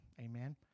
Amen